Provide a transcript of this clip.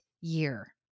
year